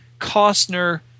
Costner